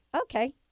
Okay